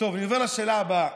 אני עובר לשאלה הבאה.